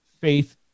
faith